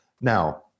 now